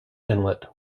inlet